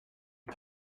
you